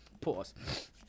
Pause